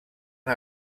han